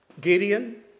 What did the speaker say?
Gideon